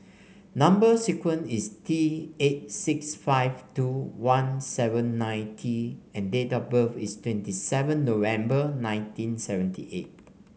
number sequence is T eight six five two one seven nine T and date of birth is twenty seven November nineteen seventy eight